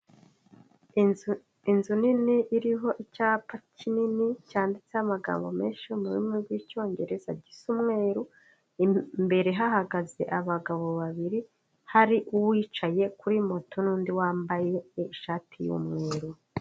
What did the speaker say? Inzu nini iriho icyapa kinini cyanditseho amagambo menshi yo mu rurimi rwicyongereza gisa umweru. Imbere hahagaze abagabo babiri hari uwicaye kuri moto nundi wambaye ishati yumweru.